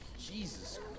Jesus